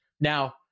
Now